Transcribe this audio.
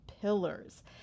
pillars